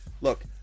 look